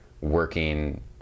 working